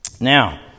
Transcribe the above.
Now